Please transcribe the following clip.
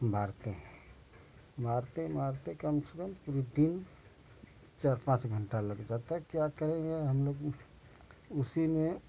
मारते हैं मारते मारते मारते कम से कम पूरे दिन चार पाँच घंटा लग जाता है क्या करें यार हम लोग उसी में